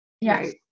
Yes